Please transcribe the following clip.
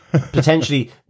potentially